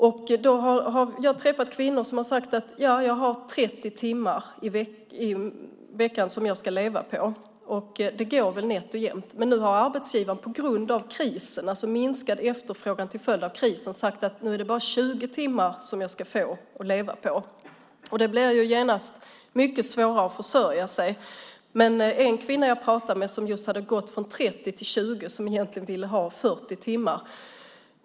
Jag har träffat kvinnor som har sagt: Jag arbetar 30 timmar i veckan som jag ska leva på, och det går nätt och jämnt. Men nu har arbetsgivaren på grund av minskad efterfrågan till följd av krisen sagt att det bara är 20 timmar som jag ska få att leva på. Det blir genast mycket svårare att försörja sig. En kvinna jag talade med hade gått från 30 till 20 timmar men ville egentligen ha 40 timmar.